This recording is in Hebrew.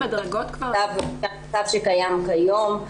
זה המצב שקיים היום.